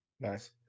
Nice